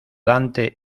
dante